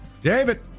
David